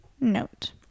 note